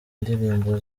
indirimbo